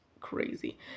crazy